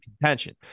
contention